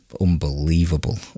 unbelievable